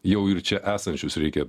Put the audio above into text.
jau ir čia esančius reikia